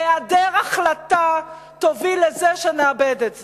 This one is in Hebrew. והיעדר החלטה יוביל לזה שנאבד את זה.